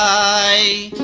i